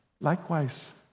Likewise